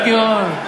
לא היה גירעון.